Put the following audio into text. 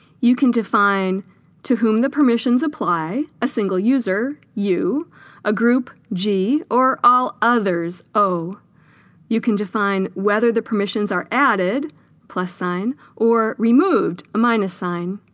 you can define to whom the permissions apply a single user u a group g or all others o you can define whether the permissions are added plus sign or removed a minus sign